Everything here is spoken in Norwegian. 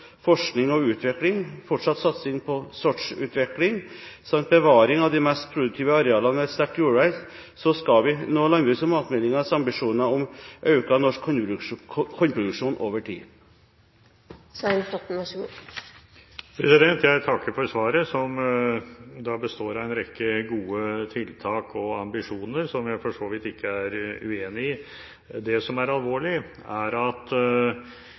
på sortsutvikling samt bevaring av de mest produktive arealene ved et sterkt jordvern skal vi nå landbruks- og matmeldingens ambisjoner om økt norsk kornproduksjon over tid. Jeg takker for svaret, som består av en rekke gode tiltak og ambisjoner, som jeg for så vidt ikke er uenig i. Det som er alvorlig, er at